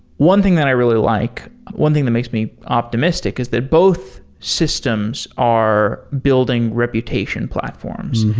one thing that i really like, one thing that makes me optimistic is that both systems are building reputation platforms.